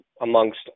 amongst